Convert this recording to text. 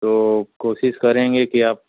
तो कोशिश करेंगे की आप